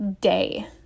day